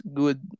good